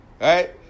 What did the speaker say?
right